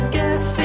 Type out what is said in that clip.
Guess